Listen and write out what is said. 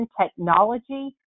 technology